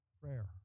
Prayer